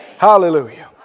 Hallelujah